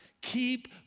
keep